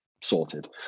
sorted